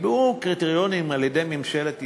נקבעו קריטריונים על-ידי ממשלת ישראל,